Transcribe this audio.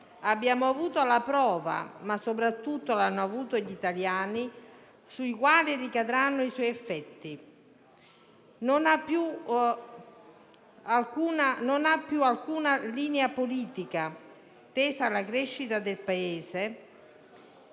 abbiamo avuto la prova, ma soprattutto l'hanno avuta gli italiani, sui quali ricadranno i suoi effetti: il testo non ha più alcuna linea politica tesa alla crescita del Paese